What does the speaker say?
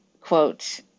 quote